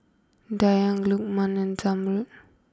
Dayang Lukman and Zamrud